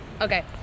Okay